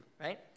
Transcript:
right